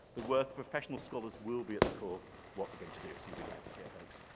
the work professional scholars will be at the core what we're going to do as you would like to hear, folks.